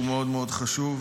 שהוא מאוד מאוד חשוב.